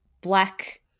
black